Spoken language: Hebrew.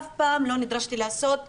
אף פעם לא נדרשתי לעשות זיהוי,